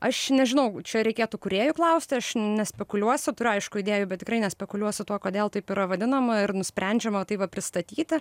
aš nežinau čia reikėtų kūrėjų klausti aš nespekuliuosiu turiu aišku idėjų bet tikrai nespekuliuosiu tuo kodėl taip yra vadinama ir nusprendžiama taip va pristatyti